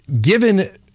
given